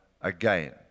again